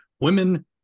women